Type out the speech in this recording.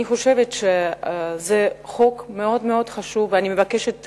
אני חושבת שזה חוק מאוד-מאוד חשוב ואני מבקשת את